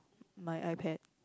my iPad